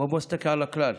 בואו נסתכל על הכלל.